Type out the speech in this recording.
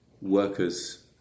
workers